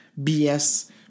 BS